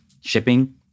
shipping